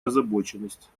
озабоченность